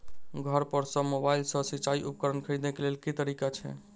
घर पर सऽ मोबाइल सऽ सिचाई उपकरण खरीदे केँ लेल केँ तरीका छैय?